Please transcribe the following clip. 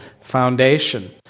foundation